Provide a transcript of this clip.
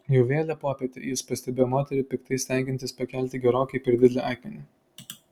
jau vėlią popietę jis pastebėjo moterį piktai stengiantis pakelti gerokai per didelį akmenį